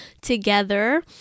together